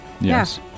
Yes